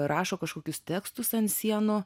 rašo kažkokius tekstus ant sienų